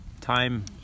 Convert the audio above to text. time